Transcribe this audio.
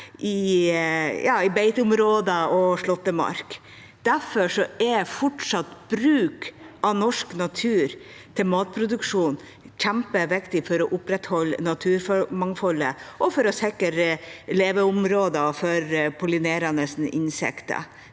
i beiteområder og slåttemark. Derfor er fortsatt bruk av norsk natur til matproduksjon kjempeviktig for å opprettholde naturmangfoldet og for å sikre leveområder for pollinerende insekter.